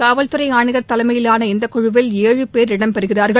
காவல்துறை ஆணையர் தலைமையிலான இந்த குழுவில் ஏழு பேர் இடம்பெறுகிறார்கள்